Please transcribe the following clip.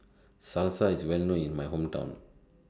Salsa IS Well known in My Hometown